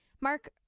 Mark